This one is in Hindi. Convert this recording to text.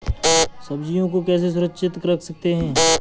सब्जियों को कैसे सुरक्षित रख सकते हैं?